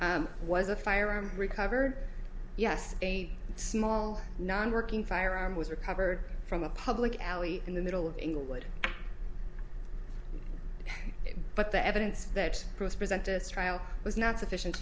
was a firearm recovered yes a small non working firearm was recovered from a public alley in the middle of inglewood but the evidence that proves presented at trial was not sufficient